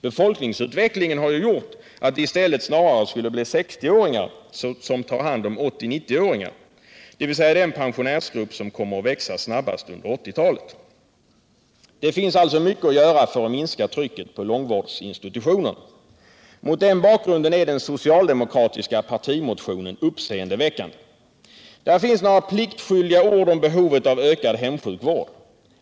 Befolkningsutvecklingen har gjort att det i stället snarast blir tal om att generationen omkring 60 år i större utsträckning tar hand om sin föräldrageneration av 80-90-åringar, dvs. den pensionärsgrupp som kommer att växa snabbast under 1980-talet. Det finns alltså mycket att göra för att minska trycket på långvårdsinstitutionerna. Mot den bakgrunden är den socialdemokratiska partimotionen uppseendeväckande. Där finns några pliktskyldiga ord om behovet av ökad hemsjukvård.